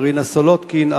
מרינה סולודקין,